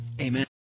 amen